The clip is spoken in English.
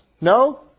No